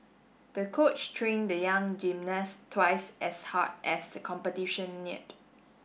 the coach trained the young gymnast twice as hard as the competition neared